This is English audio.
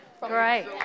Great